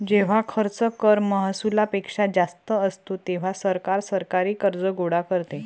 जेव्हा खर्च कर महसुलापेक्षा जास्त असतो, तेव्हा सरकार सरकारी कर्ज गोळा करते